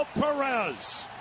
Perez